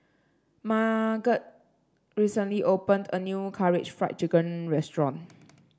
Marget recently opened a new Karaage Fried Chicken Restaurant